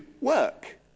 work